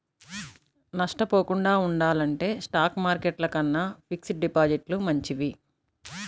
నష్టపోకుండా ఉండాలంటే stock market కన్నా ఫిక్స్డ్ డిపాజిట్లే మంచివి